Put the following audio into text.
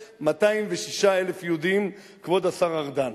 190,206 יהודים, כבוד השר ארדן.